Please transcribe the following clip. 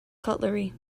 cutlery